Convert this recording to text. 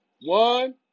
one